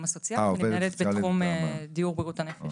הסוציאליים ומנהלת בתחום דיור בריאות הנפש.